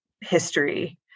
history